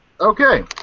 Okay